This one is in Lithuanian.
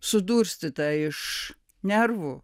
sudurstyta iš nervų